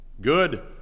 good